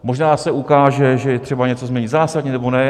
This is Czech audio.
Možná se ukáže, že je třeba něco změnit zásadně, nebo ne.